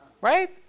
right